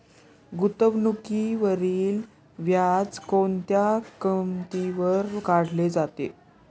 गुंतवणुकीवरील व्याज कोणत्या किमतीवर काढले जाते?